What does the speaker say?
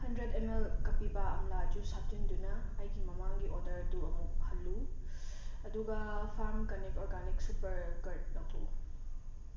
hundred M L ꯀꯥꯄꯤꯕꯥ ꯑꯝꯂꯥ juice ꯍꯥꯞꯆꯤꯟꯗꯨꯅ ꯑꯩꯒꯤ ꯃꯃꯥꯡꯒꯤ ꯑꯣꯗꯔꯗꯨ ꯑꯃꯨꯛ ꯍꯜꯂꯨ ꯑꯗꯨꯒ ꯐꯥꯝ ꯀꯟꯅꯦꯛ ꯑꯣꯔꯒꯥꯅꯤꯛ ꯁꯨꯄꯔ ꯀꯔꯗ ꯂꯧꯊꯣꯛꯎ